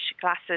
classes